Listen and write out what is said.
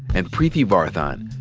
and preeti varathan.